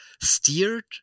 steered